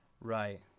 Right